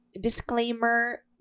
Disclaimer